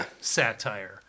satire